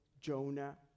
Jonah